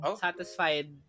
satisfied